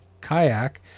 kayak